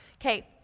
Okay